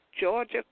Georgia